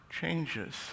changes